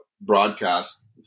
broadcast